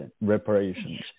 reparations